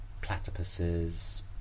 platypuses